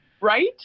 Right